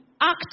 act